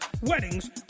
weddings